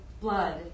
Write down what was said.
blood